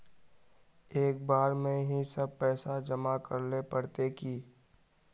एक बार में ही सब पैसा जमा करले पड़ते की?